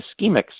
ischemic